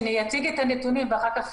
אציג את הנתונים ואחר כך,